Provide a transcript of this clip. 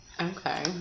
Okay